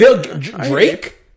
Drake